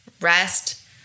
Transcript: rest